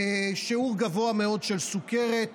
שיעור גבוה מאוד של סוכרת,